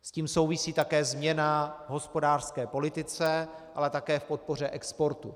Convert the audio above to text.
S tím souvisí také změna v hospodářské politice, ale také v podpoře exportu.